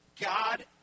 God